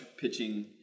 pitching